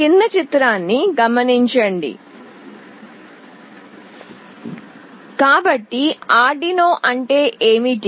కాబట్టి ఆర్డునో అంటే ఏమిటి